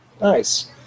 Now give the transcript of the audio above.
Nice